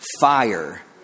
fire